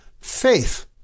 faith